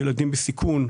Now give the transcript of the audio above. יגיע שלב השאלות.